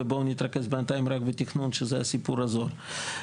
ובואו נתרכז בינתיים רק בתכנון שזה הסיפור הזול.